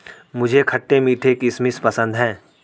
मुझे खट्टे मीठे किशमिश पसंद हैं